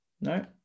no